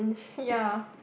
ya